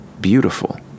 beautiful